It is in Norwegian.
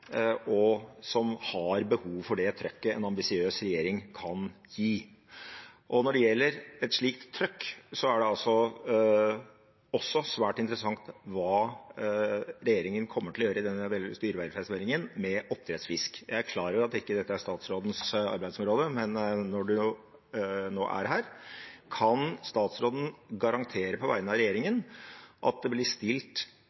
og som har behov for det trøkket en ambisiøs regjering kan gi. Og når det gjelder et slikt trøkk, er det også svært interessant hva regjeringen i forbindelse med denne dyrevelferdsmeldingen kommer til å gjøre med oppdrettsfisk. Jeg er klar over at dette ikke er statsrådens arbeidsområde, men når hun nå er her: Kan statsråden garantere, på vegne av